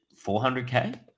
400K